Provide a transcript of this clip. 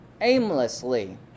aimlessly